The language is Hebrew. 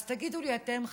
אז תגידו לי אתם,